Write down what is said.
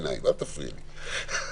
לא אזורים ספציפיים,